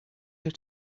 your